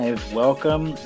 Welcome